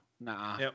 nah